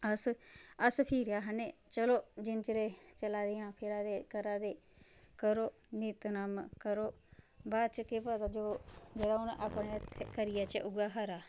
अस अस फिरी आक्खने चलो जिन्ने चिर चला दियां फिरा दियां करा दे करो नित्त नम करो बाद च केह् पता जो जेह्ड़ा हून अपने हत्थें करियै जाचै उयै खरा